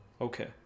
okay